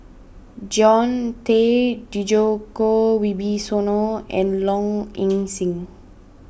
John Tay Djoko Wibisono and Low Ing Sing